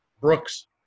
Brooks